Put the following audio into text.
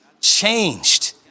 changed